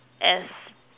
as